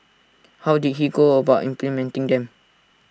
how did he go about implementing them